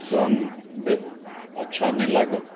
रङ्ग अच्छा नहि लागल